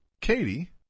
Katie